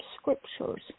scriptures